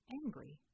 angry